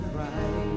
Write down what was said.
right